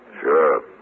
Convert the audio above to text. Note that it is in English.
Sure